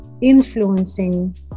influencing